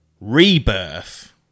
Rebirth